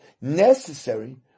necessary